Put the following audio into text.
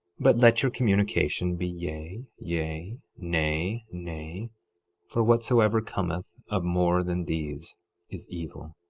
but let your communication be yea, yea nay, nay for whatsoever cometh of more than these is evil.